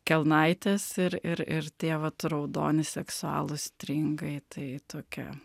kelnaitės ir ir ir tie vat raudoni seksualūs stringai tai tokia